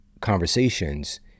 conversations